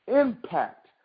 impact